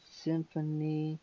symphony